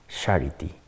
charity